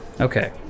Okay